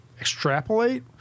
extrapolate